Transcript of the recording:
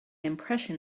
impression